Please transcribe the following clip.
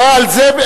לא על זה.